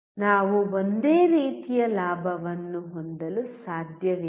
ನಾವು ಒಂದೇ ರೀತಿಯ ಲಾಭವನ್ನು ಹೊಂದಲು ಸಾಧ್ಯವಿಲ್ಲ